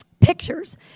pictures